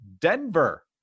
Denver